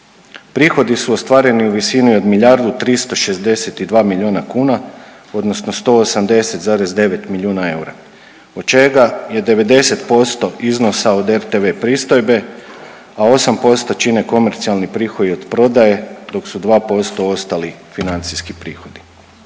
Prihodi su ostvareni u visini od milijardu i 362 milijuna kuna odnosno 180,9 milijuna eura od čega je 90% iznosa od RTV pristojbe, a 8% čine komercijalni prihodi od prodaje, dok su 2% ostali financijski prihodi.